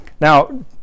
Now